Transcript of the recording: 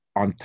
on